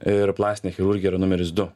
ir plastinė chirurgija yra numeris du